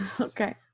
okay